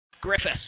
Griffiths